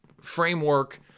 framework